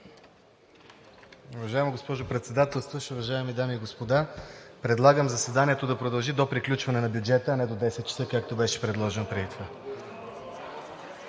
Уважаема госпожо Председателстващ, уважаеми дами и господа! Предлагам заседанието да продължи до приключване на бюджета, а не до 22,00 ч., както беше предложено преди това.